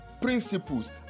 principles